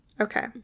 Okay